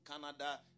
Canada